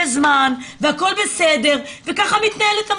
זמן והכל בסדר וככה מתנהלת המדינה,